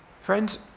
Friends